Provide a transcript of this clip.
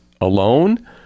alone